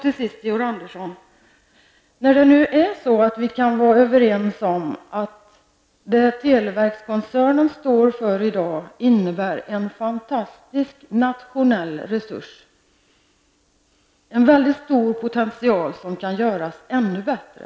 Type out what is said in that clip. Till sist: Vi kan nu, Georg Andersson, vara överens om att det som televerkskoncernen i dag står för innebär en fantastisk nationell resurs, en väldigt stor potential som kan göras ännu bättre.